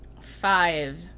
five